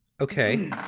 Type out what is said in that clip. Okay